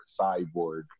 cyborg